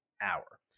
hour